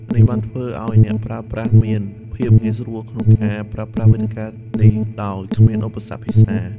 នេះបានធ្វើឲ្យអ្នកប្រើប្រាស់មាន ភាពងាយស្រួលក្នុងការប្រើប្រាស់វេទិកានេះដោយគ្មានឧបសគ្គភាសា។